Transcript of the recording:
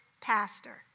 pastor